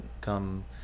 come